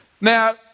Now